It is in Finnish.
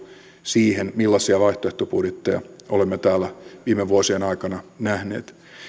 siihen millaisia vaihtoehtobudjetteja olemme täällä viime vuosien aikana nähneet täällä